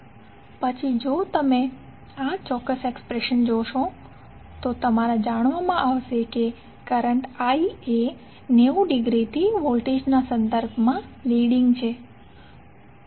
પછી જો તમે આ ચોક્ક્સ એકસપ્રેશન જોશો તો તમારા જાણવામાં આવશે કે કરંટ I એ 90 ડિગ્રીથી વોલ્ટેજના સંદર્ભમાં લીડિંગ છે